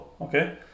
okay